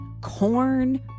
corn